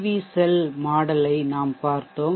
we cell மாதிரிமாடல்யை நாம் பார்த்தோம்